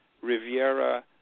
Riviera